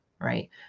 right